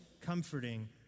comforting